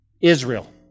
Israel